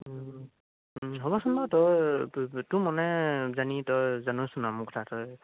হ'বচোন বাৰু তই তোৰ তোৰ মানে জানি তই জানইচোন আৰু না মোক তই